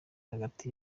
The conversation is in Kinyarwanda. hagati